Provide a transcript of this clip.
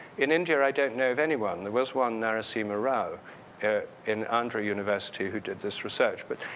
in india, i don't know of anyone. there was one narasi monroe in andrew university who did this research but,